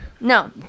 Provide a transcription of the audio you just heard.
No